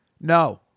No